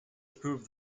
approved